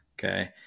okay